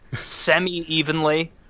semi-evenly